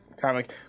comic